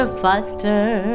faster